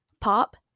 pop